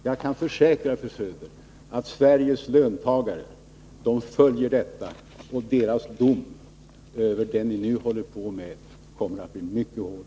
Jag kan försäkra, fru Söder, att Sveriges löntagare följer detta, och deras dom över det ni nu håller på med kommer att bli mycket hård.